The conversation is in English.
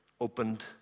opened